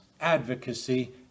advocacy